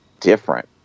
different